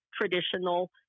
traditional